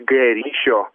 g ryšio